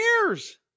years